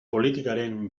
politikaren